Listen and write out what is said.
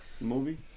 Movie